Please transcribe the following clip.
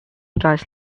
guys